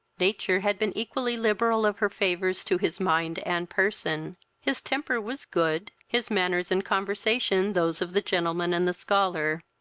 nature had been equally liberal of her favours to his mind and person his temper was good his manners and conversation those of the gentleman and the scholar,